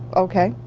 okay.